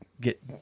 get